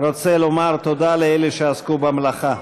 רוצה לומר תודה לאלה שעסקו במלאכה.